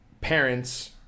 parents